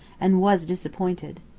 and was disappointed.